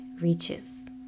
reaches